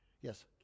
Yes